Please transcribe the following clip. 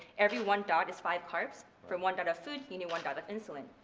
every one dot is five carbs. from one dot of food he knew one dot of insulin.